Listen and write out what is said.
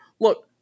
look